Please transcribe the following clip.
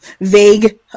vague